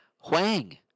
Huang